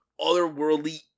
otherworldly